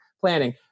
planning